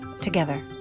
together